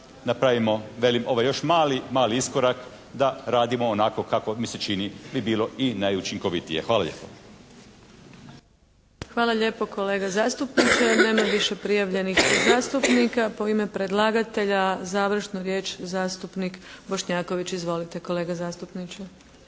napravimo velim još mali, mali iskorak da radimo onako kako mi se čini bi bilo i najučinkovitije. Hvala lijepo. **Adlešič, Đurđa (HSLS)** Hvala lijepo kolega zastupniče. Nema više prijavljenih zastupnika. U ime predlagatelja završnu riječ zastupnik Bošnjaković. Izvolite kolega zastupniče.